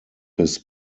his